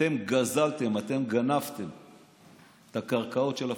אתם גזלתם, אתם גנבתם את הקרקעות של הפלסטינים.